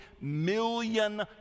million